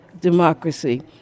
democracy